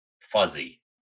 fuzzy